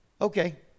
Okay